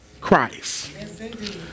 Christ